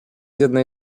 jednej